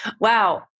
Wow